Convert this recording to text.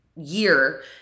year